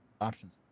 Options